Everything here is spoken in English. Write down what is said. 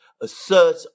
assert